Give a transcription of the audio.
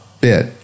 bit